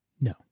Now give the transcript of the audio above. no